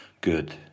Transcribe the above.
good